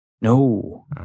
No